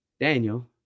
Daniel